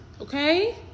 okay